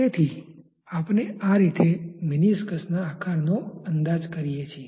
તેથી આપને આ રીતે મેનિસ્કસના આકારનો અંદાજ કરીએ છીએ